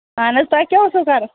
اَہن حظ تۄہہِ کیٛاہ اوسوٕ کَرُن